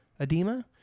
Edema